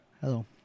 Hello